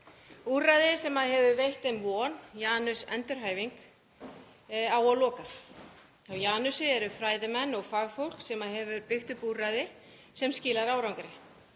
Úrræðinu sem hefur veitt þeim von, Janusi endurhæfingu, á að loka. Hjá Janusi eru fræðimenn og fagfólk sem hefur byggt upp úrræði sem skilar árangri